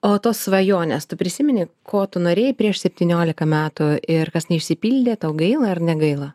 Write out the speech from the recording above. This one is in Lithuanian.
o tos svajonės tu prisimeni ko tu norėjai prieš septyniolika metų ir kas neišsipildė tau gaila ar negaila